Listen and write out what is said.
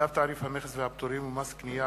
1. צו תעריף המכס והפטורים ומס קנייה